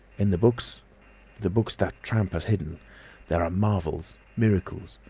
in the books the books that tramp has hidden there are marvels, miracles!